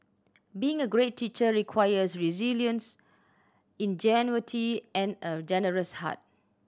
being a great teacher requires resilience ingenuity and a generous heart